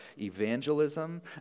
evangelism